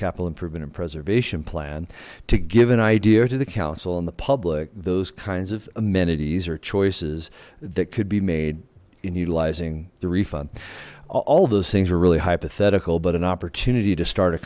capital improvement and preservation plan to give an idea to the council on the public those kinds of amenities or choices that could be made in utilizing the refund all those things were really hypothetical but an opportunity to start a